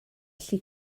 allu